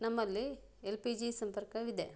ನಮ್ಮಲ್ಲಿ L P G ಸಂಪರ್ಕವಿದೆ